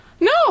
No